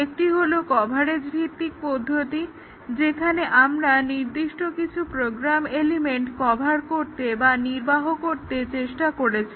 একটি হলো কভারেজ ভিত্তিক পদ্ধতি যেখানে আমরা নির্দিষ্ট কিছু প্রোগ্রাম এলিমেন্ট কভার করতে বা নির্বাহ করতে চেষ্টা করি